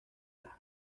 las